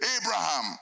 Abraham